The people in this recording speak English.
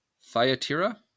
Thyatira